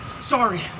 Sorry